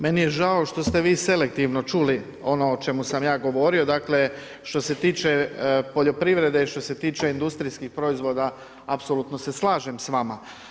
Meni je žao što ste vi selektivno čuli ono o čemu sam ja govorio, dakle što se tiče poljoprivrede, što se tiče industrijskih proizvoda apsolutno se slažem s vama.